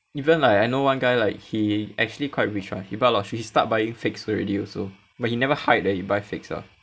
even like I know one guy like he actually quite rich [one] he buy a lot of he start buying fakes already also but he never hide that he buy fakes lah